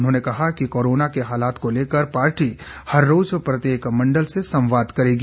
उन्होंने कहा कि कोरोना के हालात को लेकर पार्टी हररोज प्रत्येक मंडल से संवाद करेगी